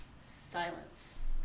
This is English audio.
Silence